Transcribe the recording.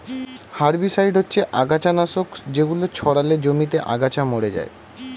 herbicide হচ্ছে আগাছানাশক যেগুলো ছড়ালে জমিতে আগাছা মরে যায়